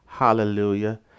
Hallelujah